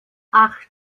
acht